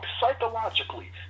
Psychologically